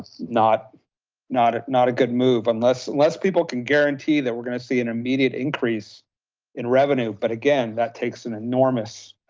not not ah a good move, unless unless people can guarantee that we're gonna see an immediate increase in revenue. but again, that takes an enormous,